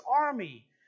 army